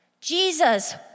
Jesus